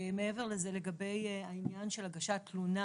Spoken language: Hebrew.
מעבר לזה, לגבי העניין של הגשת תלונה